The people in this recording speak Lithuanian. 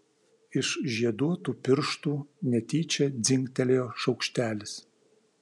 iš žieduotų pirštų netyčia dzingtelėjo šaukštelis